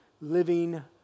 living